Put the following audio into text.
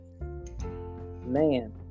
man